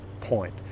point